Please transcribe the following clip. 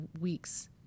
weeks